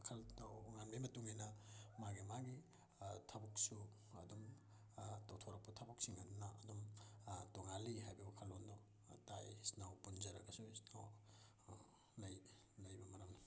ꯋꯥꯈꯜ ꯇꯣꯉꯥꯟꯕꯩ ꯃꯇꯨꯡꯏꯟꯅ ꯃꯥꯒꯤ ꯃꯥꯒꯤ ꯊꯕꯛꯁꯨ ꯑꯗꯨꯝ ꯇꯧꯊꯣꯔꯛꯄ ꯊꯕꯛꯁꯤꯡ ꯑꯗꯨꯅ ꯑꯗꯨꯝ ꯇꯣꯉꯥꯜꯂꯤ ꯍꯥꯏꯕ ꯋꯥꯈꯜꯂꯣꯟꯗꯣ ꯇꯥꯛꯏ ꯏꯆꯤꯜ ꯏꯅꯥꯎ ꯄꯨꯟꯖꯔꯒꯁꯨ ꯏꯆꯤꯜ ꯏꯅꯥꯎ ꯂꯩ ꯂꯩꯕ ꯃꯔꯝꯅ